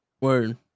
Word